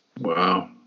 Wow